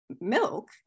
milk